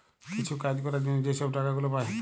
কিছু কাজ ক্যরার জ্যনহে যে ছব টাকা গুলা পায়